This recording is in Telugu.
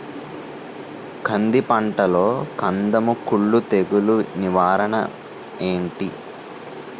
కంది పంటలో కందము కుల్లు తెగులు నివారణ ఏంటి?